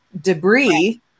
debris